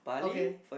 okay